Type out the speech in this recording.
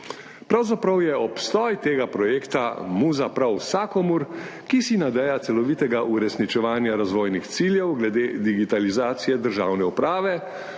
Pravzaprav je obstoj tega projekta muza prav vsakomur, ki si nadeja celovitega uresničevanja razvojnih ciljev glede digitalizacije državne uprave,